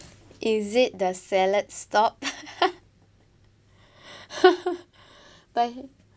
is it the saladstop but